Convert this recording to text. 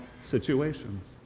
situations